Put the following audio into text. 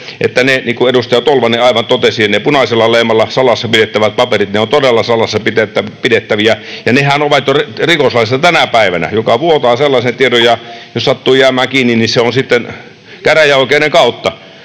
tietää, niin kuin edustaja Tolvanen aivan oikein totesi, ne punaisella leimalla salassa pidettävät paperit. Ne ovat todella salassa pidettäviä, ja nehän ovat rikoslaissa jo tänä päivänä. Joka vuotaa sellaisen tiedon ja jos sattuu jäämään kiinni, niin se on sitten käräjäoikeuden kautta.